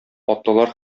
атлылар